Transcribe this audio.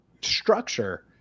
structure –